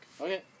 Okay